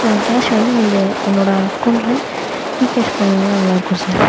cash வந்து நீங்கள் என்னோட அக்கவுண்ட்டில் ரீகேஷ் பண்ணீங்கனால் நல்லாயிருக்கும் சார்